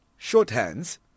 shorthands